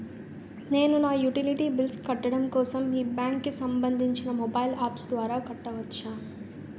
నేను నా utility bills కట్టడం కోసం మీ బ్యాంక్ కి సంబందించిన మొబైల్ అప్స్ ద్వారా కట్టవచ్చా?